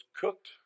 cooked